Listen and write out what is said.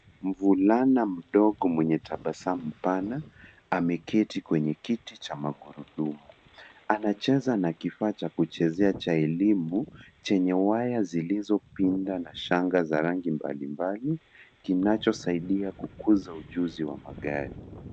Mvulana mdogo mwenye tabasamu pana ameketi kwenye kiti cha magurudumu. Anacheza na kifaa cha kuchezea cha elimu, chenye waya zilizopinda na shanga za rangi mbalimbali, kinachosaidia kukuza ujuzi wa magari.